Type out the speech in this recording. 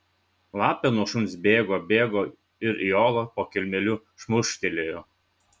lapė nuo šuns bėgo bėgo ir į olą po kelmeliu šmurkštelėjo